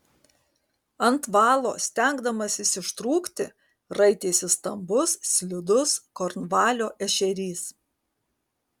ant valo stengdamasis ištrūkti raitėsi stambus slidus kornvalio ešerys